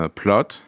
plot